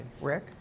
Rick